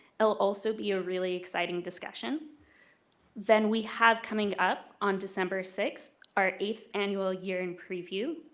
it'll also be a really exciting discussion then we have, coming up on december six, our eighth annual year in preview,